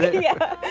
yeah.